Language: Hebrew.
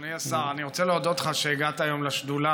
אדוני השר, אני רוצה להודות לך שהגעת היום לשדולה